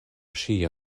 ŝia